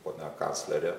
ponia kanclerė